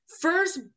First